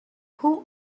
who